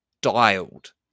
dialed